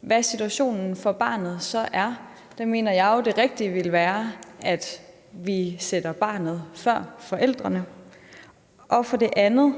hvad er situationen for barnet så? Jeg mener, at det rigtige ville være, at vi sætter barnet før forældrene. For det andet